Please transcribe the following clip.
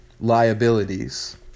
liabilities